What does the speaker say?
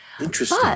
Interesting